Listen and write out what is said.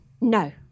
No